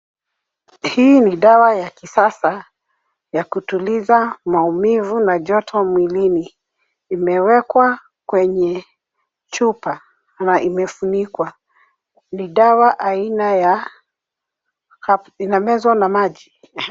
Hii ni dawa ya kisasa ya kutuliza maumivu na joto mwilini. Imewekwa kwenye chupa na imefunikwa. Ni dawa aina ya, inamezwa na maji.